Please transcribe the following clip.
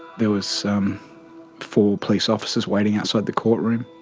there was um four police officers waiting outside the courtroom.